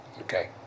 Okay